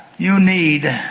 you, need,